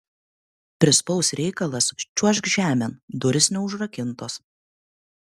prispaus reikalas čiuožk žemėn durys neužrakintos